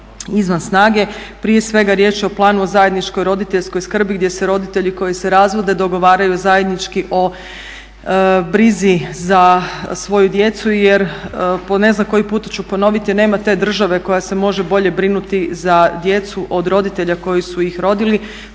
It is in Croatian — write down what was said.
izvan snage. Prije svega riječ je o planu o zajedničkoj roditeljskoj skrbi gdje se roditelji koji se razvode dogovaraju zajednički o brizi za svoju djecu jer po ne znam koji puta ću ponoviti nema te države koja se može bolje brinuti za djecu od roditelja koji su ih rodili.